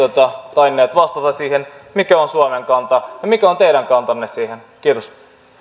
tainnut vastata siihen mikä on suomen kanta ja mikä on teidän kantanne siihen kiitos